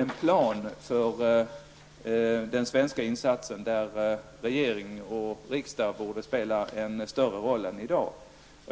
en plan för den svenska insatsen, där regering och riksdag borde spela en större roll än i dag.